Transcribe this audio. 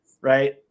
right